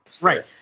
Right